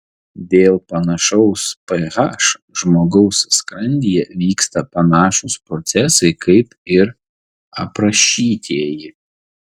dėl panašaus ph žmogaus skrandyje vyksta panašūs procesai kaip ir aprašytieji